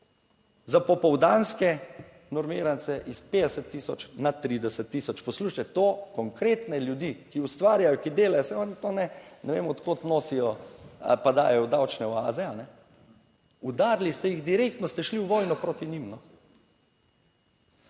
za popoldanske normirance iz 50 tisoč na 30 tisoč, poslušajte to, konkretne ljudi, ki ustvarjajo, ki delajo, saj oni to ne, ne vem od kod nosijo, pa dajejo v davčne oaze, udarili ste jih, direktno ste šli v vojno proti njim.